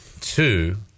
two